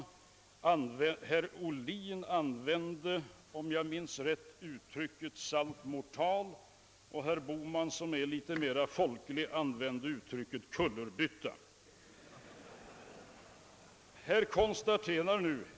Herr Ohlin använder — om jag minns rätt — uttrycket saltomortal och herr Bohman, som är något mera folklig, uttrycket kullerbytta.